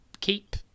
keep